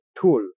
tool